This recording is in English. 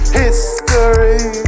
history